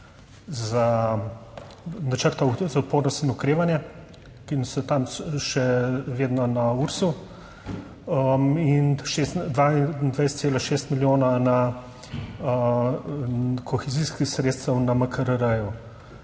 za načrt za odpornost in okrevanje, ki so tam še vedno na Ursu(?) in 22,6 milijona kohezijskih sredstev na MKRR.